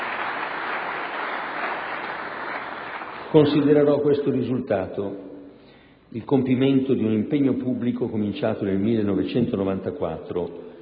Considererò questo risultato il compimento di un impegno pubblico cominciato nel 1994,